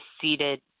seated